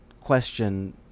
question